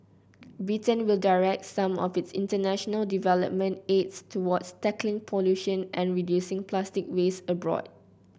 Britain will direct some of its international development aid towards tackling pollution and reducing plastic waste abroad